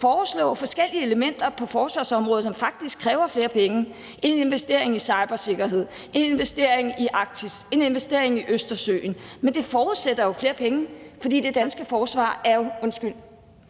foreslå forskellige elementer på forsvarsområdet, der faktisk kræver flere penge, f.eks. en investering i cybersikkerhed, en investering i Arktis, en investering i Østersøen. Men det forudsætter jo flere penge. Kl. 11:55 Første næstformand